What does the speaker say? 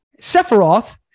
Sephiroth